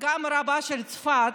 גם רבה של צפת,